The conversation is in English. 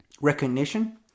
recognition